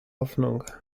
hoffnung